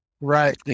Right